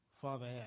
Father